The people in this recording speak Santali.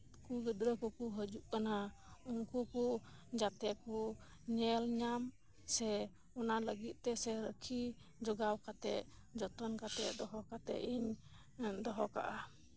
ᱠᱚ ᱜᱤᱫᱽᱨᱟᱹ ᱠᱚᱠᱚ ᱦᱤᱡᱩᱜ ᱠᱟᱱᱟ ᱩᱱᱠᱩ ᱠᱚ ᱡᱟᱛᱮ ᱠᱚ ᱧᱮᱞ ᱧᱟᱢ ᱥᱮ ᱚᱱᱟ ᱞᱟᱹᱜᱤᱫ ᱛᱮᱥᱮ ᱡᱚᱛᱚᱱ ᱡᱚᱜᱟᱣ ᱠᱟᱛᱮᱜ ᱤᱧ ᱫᱚᱦᱚ ᱠᱟᱜᱼᱟ